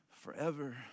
forever